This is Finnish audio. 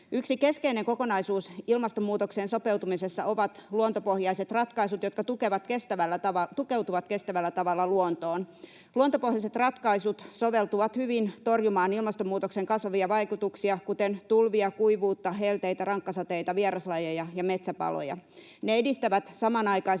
Yksi keskeinen kokonaisuus ilmastonmuutokseen sopeutumisessa on luontopohjaiset ratkaisut, jotka tukeutuvat kestävällä tavalla luontoon. Luontopohjaiset ratkaisut soveltuvat hyvin torjumaan ilmastonmuutoksen kasvavia vaikutuksia, kuten tulvia, kuivuutta, helteitä, rankkasateita, vieraslajeja ja metsäpaloja. Ne edistävät samanaikaisesti